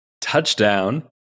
touchdown